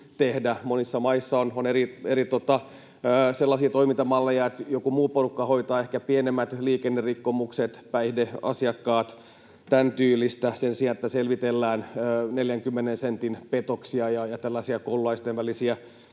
Monissa maissa on sellaisia toimintamalleja, että joku muu porukka hoitaa ehkä pienemmät liikennerikkomukset, päihdeasiakkaat, tämän tyylistä, sen sijaan, että selvitellään 40 sentin petoksia ja tällaisia koululaisten välisiä